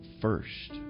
first